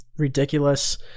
ridiculous